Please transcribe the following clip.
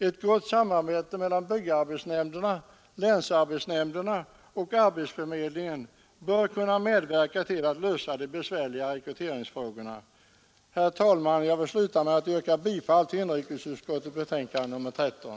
Ett gott samarbete mellan byggarbetsnämnder, länsarbetsnämnder och arbetsförmedling bör också kunna medverka till att lösa de besvärliga rekryteringsfrågorna. Herr talman! Jag vill sluta med att yrka bifall till inrikesutskottets hemställan i betänkandet nr 13.